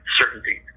certainty